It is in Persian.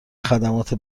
خدمات